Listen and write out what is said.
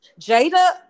Jada